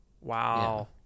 Wow